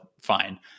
fine